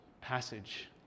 passage